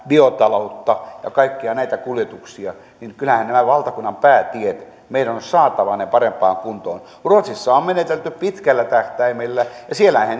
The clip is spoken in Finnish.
biotaloutta ja kaikkia näitä kuljetuksia niin kyllähän nämä valtakunnan päätiet meidän on saatava parempaan kuntoon ruotsissa on on menetelty pitkällä tähtäimellä ja siellähän